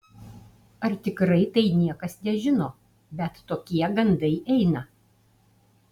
ar tikrai tai niekas nežino bet tokie gandai eina